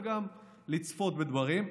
וגם לצפות בדברים.